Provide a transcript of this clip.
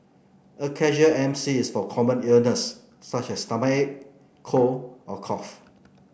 a casual M C is for common illness such as stomachache cold or cough